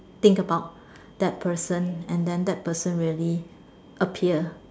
think about that person and then that person really appear